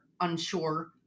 unsure